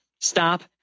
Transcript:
Stop